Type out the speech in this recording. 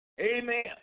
Amen